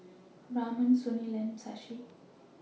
Raman Sunil and Shashi